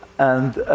and